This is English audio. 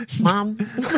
Mom